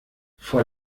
vor